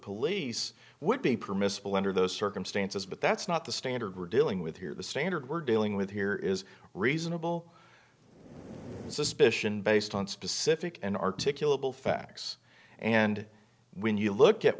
police would be permissible under those circumstances but that's not the standard we're dealing with here the standard we're dealing with here is reasonable suspicion based on specific and articulable facts and when you look at